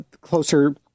closer